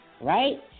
right